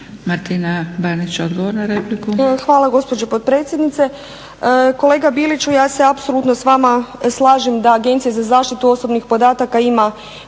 **Banić, Martina (HDZ)** Hvala gospođo potpredsjednice. Kolega Biliću ja se apsolutno s vama slažem da Agencija za zaštitu osobnih podataka ima